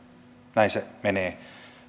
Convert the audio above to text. näin se menee